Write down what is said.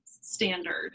standard